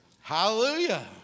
Hallelujah